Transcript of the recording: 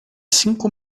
cinco